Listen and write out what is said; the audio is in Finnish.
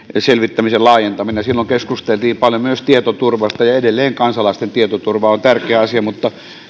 selvittämisen laajentaminen silloin keskusteltiin paljon myös tietoturvasta ja edelleen kansalaisten tietoturva on tärkeä asia mutta